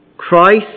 Christ